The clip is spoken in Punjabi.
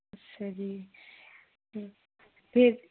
ਅੱਛਾ ਜੀ ਫਿਰ